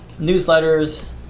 Newsletters